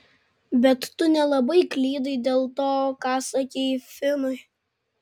bet tu nelabai klydai dėl to ką sakei finui